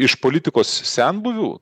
iš politikos senbuvių